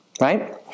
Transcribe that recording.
right